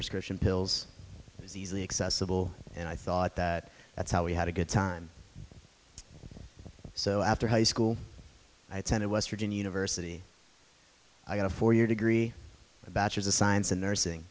prescription pills was easily accessible and i thought that that's how we had a good time so after high school i attended west virginia university i got a four year degree a bachelors of science in nursing